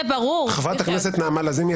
חברת הכנסת נעמה לזימי,